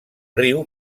riu